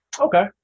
okay